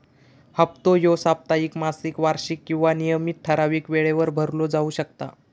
हप्तो ह्यो साप्ताहिक, मासिक, वार्षिक किंवा नियमित ठरावीक वेळेवर भरलो जाउ शकता